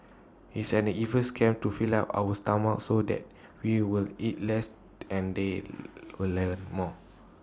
it's an evil scam to fill up our stomachs so that we will eat less and they'll learn more